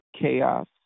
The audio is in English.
chaos